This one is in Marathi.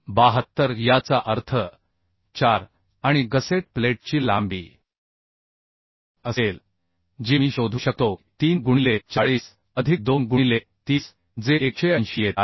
72 याचा अर्थ 4 आणि गसेट प्लेटची लांबी 00 असेल जी मी शोधू शकतो की 3 गुणिले 40 अधिक 2 गुणिले 30 जे 180 येत आहे